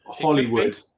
Hollywood